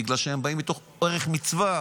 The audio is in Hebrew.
בגלל שהם באים מתוך ערך המצווה.